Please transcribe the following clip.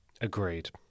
Agreed